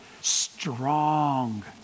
strong